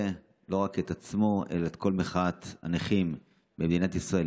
לא רק את עצמו אלא את כל מחאת הנכים במדינת ישראל,